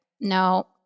no